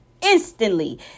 instantly